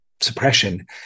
suppression